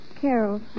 Carol